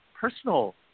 personal